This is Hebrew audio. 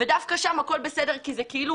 ודווקא שם הכול בסדר כי זה כאילו